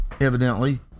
evidently